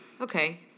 okay